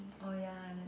oh ya that's